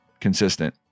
consistent